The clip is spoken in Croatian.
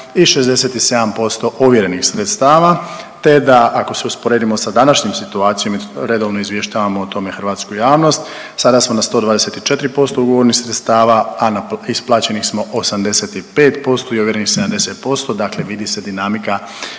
i 67% ovjerenih sredstava, te da ako se usporedimo sa današnjom situacijom i redovno izvještavamo o tome hrvatsku javnost sada smo na 124% ugovorenih sredstava, a isplaćenih smo 85% i ovjerenih 70%. Dakle, vidi se dinamika i nastavak